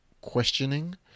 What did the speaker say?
questioning